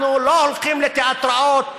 אנחנו לא הולכים לתיאטראות ישראליים,